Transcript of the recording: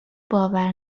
باور